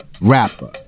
Rapper